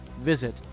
Visit